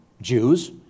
Jews